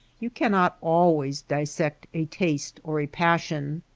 you cannot always dissect a taste or a passion.